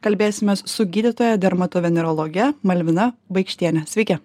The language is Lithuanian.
kalbėsimės su gydytoja dermatovenerologe malvina baikštiene sveiki